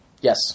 Yes